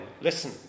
listen